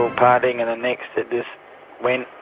partying and the next it just went,